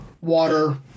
water